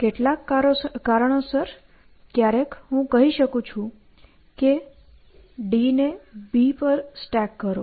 કેટલાક કારણોસર ક્યારેક હું કહી શકું છું કે D ને B પર સ્ટેક કરો